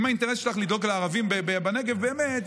אם האינטרס שלך הוא לדאוג לערבים בנגב באמת,